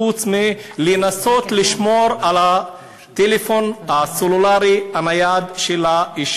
חוץ מלנסות לשמור על הטלפון הסלולרי הנייד שלה,